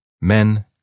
Men